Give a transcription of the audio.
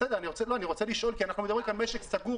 אני רוצה לשאול כי אנחנו מדברים כל הזמן על משק סגור.